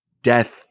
Death